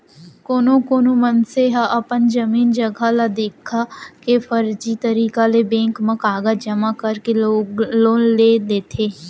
कोनो कोना मनसे ह अपन जमीन जघा ल देखा के फरजी तरीका ले बेंक म कागज जमा करके लोन ले लेथे